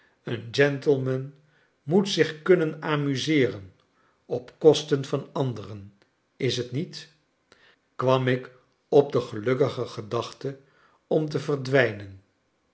een gentleman moet zich kunnen amuseeren op kosten van anderen is t met kwam ik op de gelukkige gedachte om te verwijnen